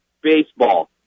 baseball